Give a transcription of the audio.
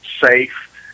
safe